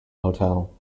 hotel